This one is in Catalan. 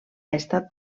estat